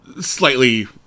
slightly